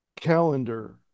calendar